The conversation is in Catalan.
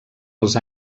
els